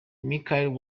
michaels